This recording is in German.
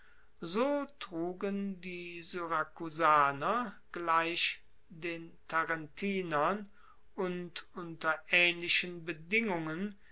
so trugen die syrakusaner gleich den tarentinern und unter aehnlichen bedingungen